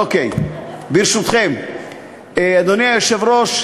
אוקיי, ברשותכם,